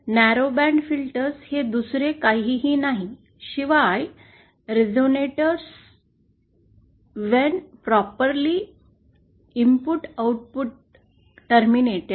narrow band filters हे दुसरे काहीही नाही शिवाय resonators when properly input output terminated